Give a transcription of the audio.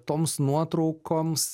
toms nuotraukoms